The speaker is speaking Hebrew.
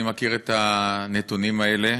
אני מכיר את הנתונים האלה.